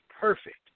perfect